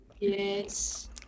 Yes